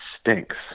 stinks